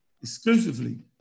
exclusively